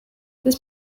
this